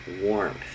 warmth